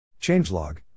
Changelog